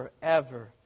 forever